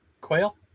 Quail